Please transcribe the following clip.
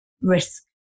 risk